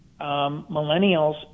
millennials –